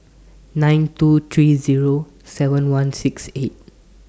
nine two three Zero seven one six eight